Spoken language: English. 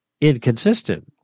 inconsistent